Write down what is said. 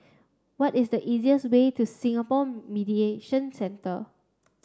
what is the easiest way to Singapore Mediation Centre